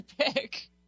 pick